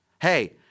hey